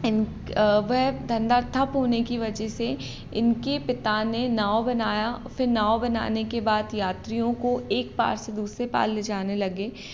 इन वह धंधा था तो इन्ही की वजह से इनके पिता ने नाव बनाया फ़िर नाव बनाने के बाद यात्रियों को एक पार से दूसरे पार ले जाने लगे